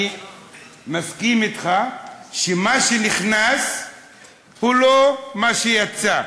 אני מסכים אתך שמה שנכנס הוא לא מה שיצא.